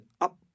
up